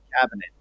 cabinet